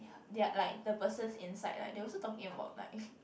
they are like the person inside right they also talking about like